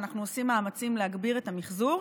ואנחנו עושים מאמצים להגביר את המחזור,